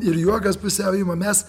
ir juokas pusiau ima mes